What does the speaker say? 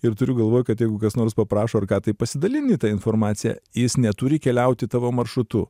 ir turiu galvoj kad jeigu kas nors paprašo ar ką tai pasidalini ta informacija jis neturi keliauti tavo maršrutu